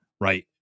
right